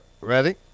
Ready